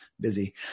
busy